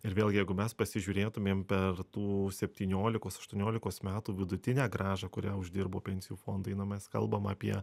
ir vėlgi jeigu mes pasižiūrėtumėm per tų septyniolikos aštuoniolikos metų vidutinę grąžą kurią uždirbo pensijų fondai na mes kalbam apie